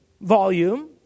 volume